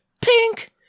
pink